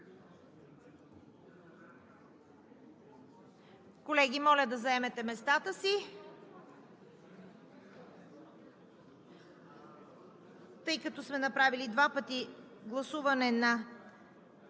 Колеги, моля да заемете местата си. Тъй като сме направили два пъти гласуване на